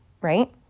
Right